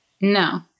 No